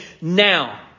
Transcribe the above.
now